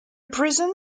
prison